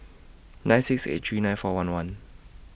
nine six eight three nine four one one